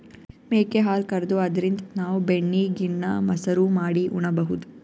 ಮೇಕೆ ಹಾಲ್ ಕರ್ದು ಅದ್ರಿನ್ದ್ ನಾವ್ ಬೆಣ್ಣಿ ಗಿಣ್ಣಾ, ಮಸರು ಮಾಡಿ ಉಣಬಹುದ್